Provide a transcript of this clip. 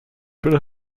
should